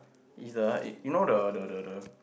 is the you know the the the the